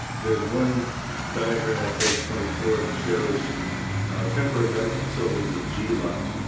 there's one diagram on page twenty four that shows temporary medical facilities in g lot.